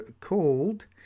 called